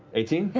eighteen.